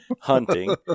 hunting